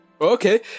Okay